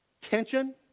tension